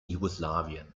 jugoslawien